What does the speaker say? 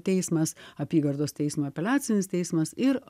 teismas apygardos teismo apeliacinis teismas ir